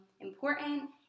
important